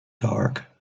dark